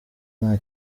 nta